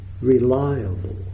reliable